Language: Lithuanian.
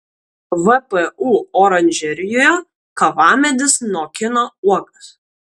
vpu oranžerijoje kavamedis nokina uogas